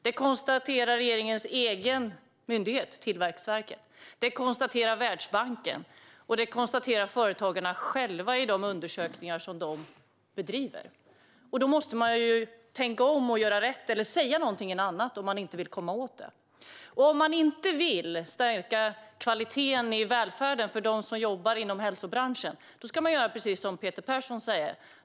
Det konstaterar regeringens egen myndighet Tillväxtverket, det konstaterar Världsbanken och företagarna själva i de undersökningar som de utför. Då måste man tänka om och göra rätt - eller säga något annat om man inte vill göra något åt det. Om man inte vill stärka kvaliteten i välfärden för dem som jobbar i hälsobranschen ska man göra precis som Peter Persson säger.